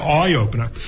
eye-opener